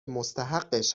مستحقش